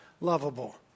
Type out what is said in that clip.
lovable